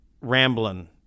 rambling